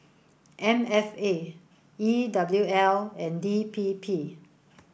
M F A E W L and D P P